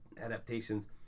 adaptations